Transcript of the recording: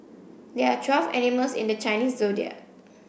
there are twelve animals in the Chinese Zodiac